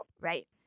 Right